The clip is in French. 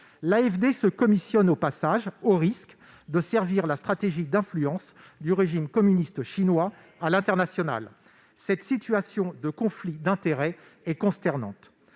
une commission au passage ... au risque de servir la stratégie d'influence du régime communiste chinois à l'international. Cette situation de conflit d'intérêts est consternante.